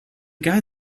guy